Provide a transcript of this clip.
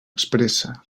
expressa